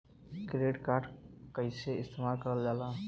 Credit card कईसे इस्तेमाल करल जाला?